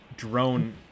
Drone